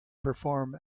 perform